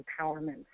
empowerment